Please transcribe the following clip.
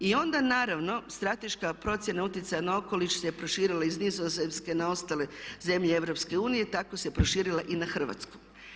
I onda naravno strateška procjena utjecaja na okoliš se proširila iz Nizozemske na ostale zemlje EU i tako se proširila na Hrvatsku.